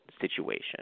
situation